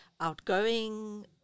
outgoing